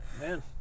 Man